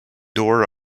door